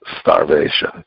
starvation